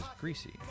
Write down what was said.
greasy